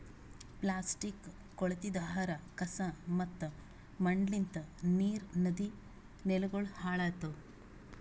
plastic, ಕೊಳತಿದ್ ಆಹಾರ, ಕಸಾ ಮತ್ತ ಮಣ್ಣಲಿಂತ್ ನೀರ್, ನದಿ, ನೆಲಗೊಳ್ ಹಾಳ್ ಆತವ್